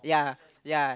yeah yeah